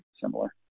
similar